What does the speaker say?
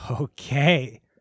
Okay